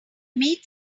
meet